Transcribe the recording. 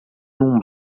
num